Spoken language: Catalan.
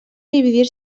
dividir